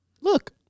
Look